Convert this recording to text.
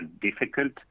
difficult